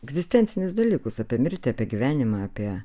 egzistencinius dalykus apie mirtį apie gyvenimą apie